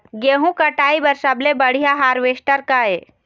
गेहूं कटाई बर सबले बढ़िया हारवेस्टर का ये?